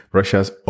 Russia's